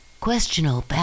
questionable